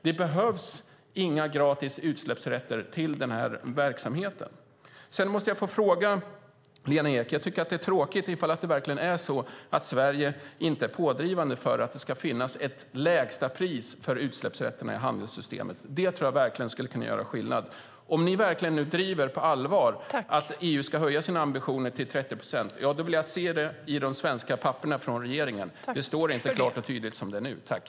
Det behövs inga gratis utsläppsrätter till den verksamheten. Sedan måste jag få ställa en fråga till Lena Ek. Jag tycker att det är tråkigt om det verkligen är så att Sverige inte är pådrivande för att det ska finnas ett lägstapris för utsläppsrätterna i handelssystemet. Det tror jag verkligen skulle kunna göra skillnad. Om ni på allvar driver att EU ska höja sina ambitioner till 30 procent vill jag se det i de svenska papperen från regeringen. Det står inte klart och tydligt som det är nu.